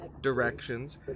directions